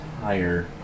higher